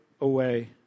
away